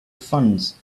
funds